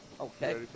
Okay